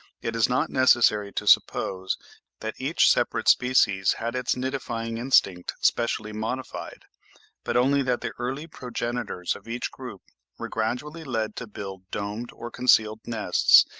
it is not necessary to suppose that each separate species had its nidifying instinct specially modified but only that the early progenitors of each group were gradually led to build domed or concealed nests,